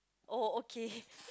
oh okay